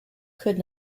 could